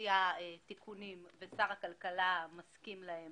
להציע תיקונים ששר הכלכלה מסכים להם